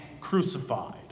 crucified